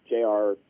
jr